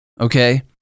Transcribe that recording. Okay